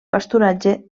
pasturatge